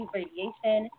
radiation